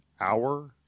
hour